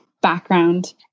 background